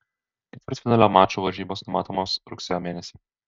ketvirtfinalio mačų varžybos numatomos rugsėjo mėnesį